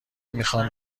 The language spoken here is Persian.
میخام